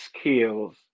skills